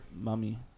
Mummy